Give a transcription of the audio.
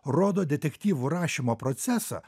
rodo detektyvų rašymo procesą